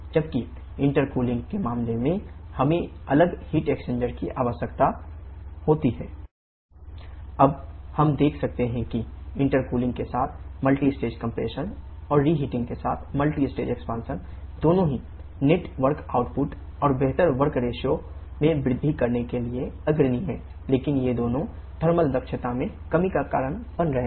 और इस रिहेटिनंग दक्षता में कमी का कारण बन रहे हैं